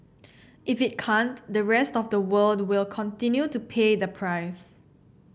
if it can't the rest of the world will continue to pay the price